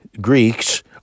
Greeks